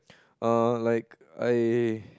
err like I